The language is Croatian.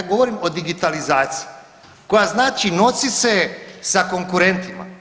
Ja govorim o digitalizaciji koja znači nosit se sa konkurentima.